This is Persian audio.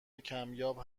کمیاب